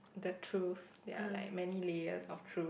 the truth ya like many layers of truth